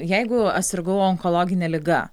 jeigu aš sirgau onkologine liga